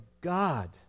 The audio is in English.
God